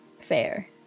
fair